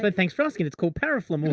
but thanks for asking. it's called parafin